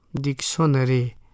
Dictionary